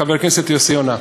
חבר הכנסת יוסי יונה,